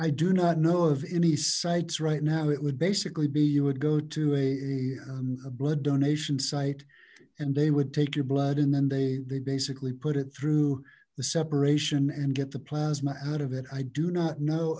i do not know of any sites right now it would basically be you would go to a blood donation site and they would take your blood and then they they basically put it through the separation and get the plasma out of it i do not know